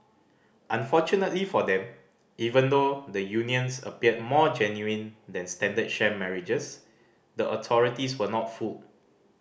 unfortunately for them even though the unions appeared more genuine than standard sham marriages the authorities were not fooled